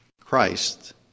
Christ